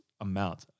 amount